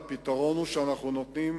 הפתרון הוא שאנחנו נותנים,